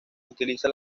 utiliza